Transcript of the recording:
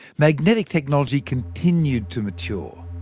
magnetic technology continued to mature,